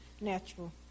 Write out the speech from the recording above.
natural